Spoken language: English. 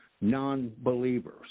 non-believers